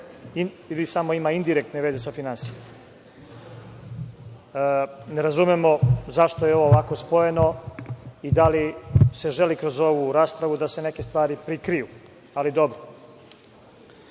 ili ima samo indirektne veze sa finansijama. Ne razumemo zašto je ovo ovako spojeno i da li se želi kroz ovu raspravu da se neke stvari prikriju, ali dobro. Što